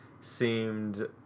seemed